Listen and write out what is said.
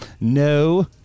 No